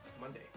Monday